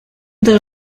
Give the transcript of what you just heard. their